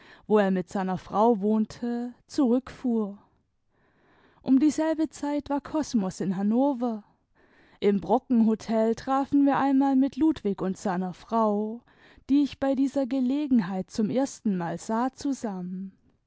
wo er mit seiner frau wohnte zurückfuhr um dieselbe zeit war kosmos in hannover im brockenhotel trafen wir einmal mit ludwig und seiner frau die ich bei dieser gelegenheit zum erstunal sah zusammen